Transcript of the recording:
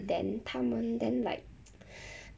then 他们 then like